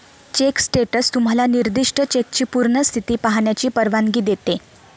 check status तुम्हाला निर्दिष्ट चेकची पूर्ण स्थिती पाहण्याची परवानगी देते